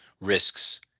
risks